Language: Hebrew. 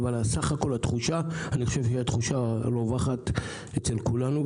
אבל סך הכול התחושה היא התחושה הרווחת אצל כולנו,